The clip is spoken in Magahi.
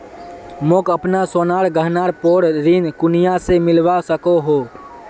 मोक अपना सोनार गहनार पोर ऋण कुनियाँ से मिलवा सको हो?